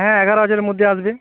হ্যাঁ এগারো হাজারের মধ্যে আসবে